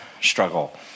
struggle